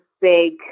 big